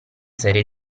serie